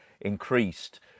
increased